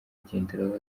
agenderaho